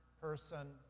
person